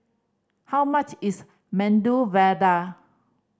how much is Medu Vada